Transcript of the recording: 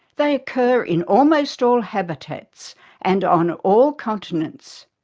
they occur in almost all habitats and on all continents.